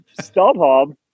StubHub